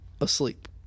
asleep